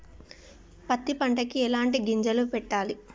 పత్తి పంటకి ఎలాంటి గింజలు పెట్టాలి?